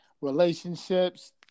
Relationships